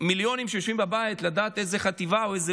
למיליונים שיושבים בבית איזו חטיבה או איזו